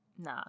Nah